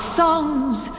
songs